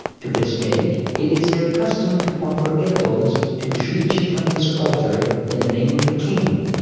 to this day it is their custom to offer edibles to shri chaitanya's altar in the name of the king,